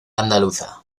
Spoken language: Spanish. andaluza